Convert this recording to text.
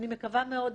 אני מקווה מאוד,